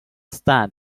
stand